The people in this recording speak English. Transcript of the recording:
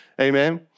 amen